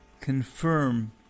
confirm